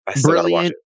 Brilliant